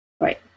Right